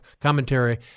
commentary